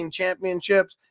championships